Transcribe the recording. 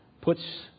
puts